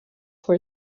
for